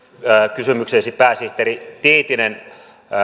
kysymykseesi pääsihteeri tiitinen